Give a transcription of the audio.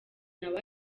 nawe